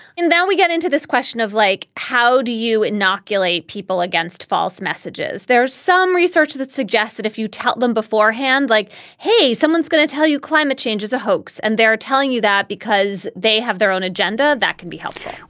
and then we get into this question question of like how do you inoculate people against false messages. there's some research that suggests that if you tell them beforehand like hey someone's going to tell you climate change is a hoax and they're telling you that because they have their own agenda that can be helpful